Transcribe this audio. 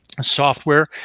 software